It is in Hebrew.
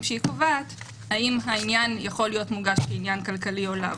שהיא קובעת האם העניין יכול להיות מוגש כעניין כלכלי או לאו.